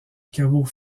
caveau